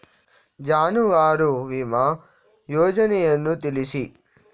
ಜಾನುವಾರು ವಿಮಾ ಯೋಜನೆಯನ್ನು ತಿಳಿಸಿ?